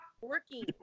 working